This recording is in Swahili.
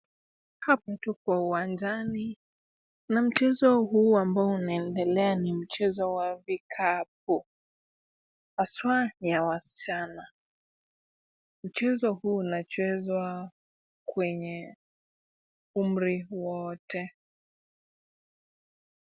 Hapa tuko uwanjani na mchezo huu ambao unaendelea ni mchezo wa vikapu, haswa ni ya wasichana. Mchezo huu unachezwa kwenye umri wote.